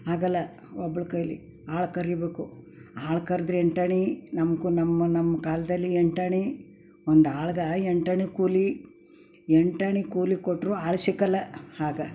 ಆಗಲ್ಲ ಒಬ್ಳ ಕೈಯಲ್ಲಿ ಆಳು ಕರಿಬೇಕು ಆಳು ಕರ್ದ್ರೆ ಎಂಟಾಣಿ ನಮ್ಗೂ ನಮ್ಮ ನಮ್ಮ ಕಾಲದಲ್ಲಿ ಎಂಟಾಣಿ ಒಂದು ಆಳ್ಗೆ ಎಂಟಾಣಿ ಕೂಲಿ ಎಂಟಾಣಿ ಕೂಲಿ ಕೊಟ್ಟರೂ ಆಳು ಸಿಗೋಲ್ಲ ಆಗ